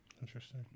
Interesting